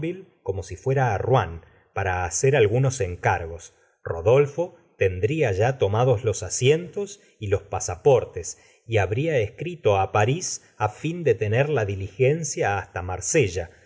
como si fuera á rouen para hacer algunos encargos rodolfo tendría ya tomados los mientos y los pasaportes y habría escrito á parís á fin de ten er la diligencia hasta mar